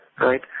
right